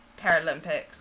Paralympics